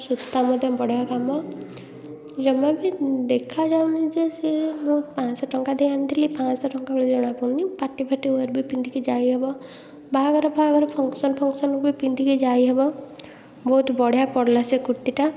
ସୂତା ମଧ୍ୟ ବଢ଼ିଆ କାମ ଜମା ବି ଦେଖାଯାଉନି ଯେ ସିଏ ମୁଁ ପାଞ୍ଚଶହଟଙ୍କା ଦେଇ ଆଣିଥିଲି ପାଞ୍ଚଶହଟଙ୍କା ଭଳିଆ ଲାଗୁନି ପାର୍ଟିଫାର୍ଟି ୱେର୍ ବି ପିନ୍ଧିକି ଯାଇ ହେବ ବାହାଘରଫାଆଘର ଫଙ୍କସନ୍ ଫଙ୍କସନ୍କୁ ବି ପିନ୍ଧି ଯାଇହେବ ବହୁତ ବଢ଼ିଆ ପଡ଼ିଲା ସେ କୁର୍ତ୍ତୀଟା